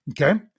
okay